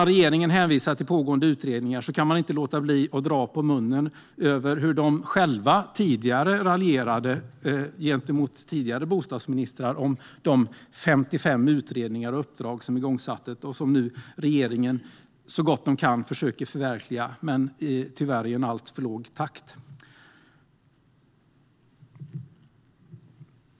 När regeringen hänvisar till pågående utredningar kan man inte låta bli att dra på munnen över hur de själva tidigare raljerade över de 55 utredningar och uppdrag som igångsattes av tidigare bostadsministrar och som regeringen nu, så gott de kan, försöker förverkliga men tyvärr i en alltför låg takt.